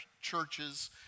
churches